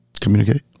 Communicate